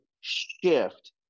shift